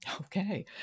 Okay